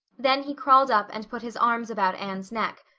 then he crawled up and put his arms about anne's neck,